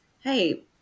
hey